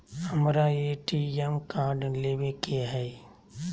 हमारा ATM card लेव के हई